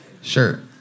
Sure